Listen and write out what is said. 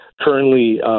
currently